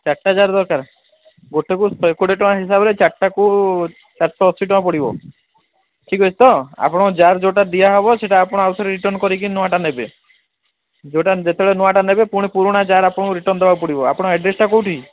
ଚାରିଟା ଜାର୍ ଦରକାର ଗୋଟାକୁ ଶହେ କୋଡ଼ିଏ ଟଙ୍କା ହିସାବରେ ଚାରିଟାକୁ ଚାରିଶହ ଅଶୀ ଟଙ୍କା ପଡ଼ିବ ଠିକ ଅଛି ତ ଆପଣଙ୍କର ଜାର୍ ଯୋଉଟା ଦିଆହେବ ସେଇଟା ଆପଣ ଆଉଥରେ ରିଟର୍ନ୍ କରିକି ନୂଆଟା ନେବେ ଯୋଉଟା ଯେତେବେଳେ ନୂଆଟା ନେବେ ପୁଣି ପୁରୁଣା ଜାର୍ ଆପଣଙ୍କୁ ରିଟର୍ନ୍ ଦେବାକୁ ପଡ଼ିବ ଆପଣ ଆଡ୍ରେସ୍ଟା କୋଉଠି